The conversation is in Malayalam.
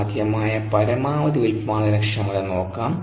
സാധ്യമായ പരമാവധി ഉൽപാദനക്ഷമതനോക്കാം